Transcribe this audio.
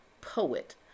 poet